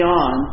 on